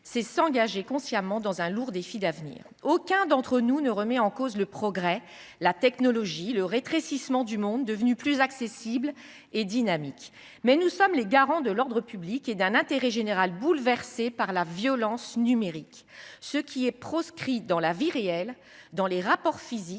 c’est s’engager consciemment à relever un lourd défi d’avenir. Aucun d’entre nous ne remet en cause le progrès, la technologie, le rétrécissement du monde, devenu plus accessible et dynamique. Mais nous sommes les garants de l’ordre public et d’un intérêt général bouleversé par la violence numérique. Ce qui est proscrit dans la vie réelle, dans les rapports physiques,